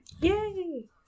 Yay